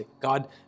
God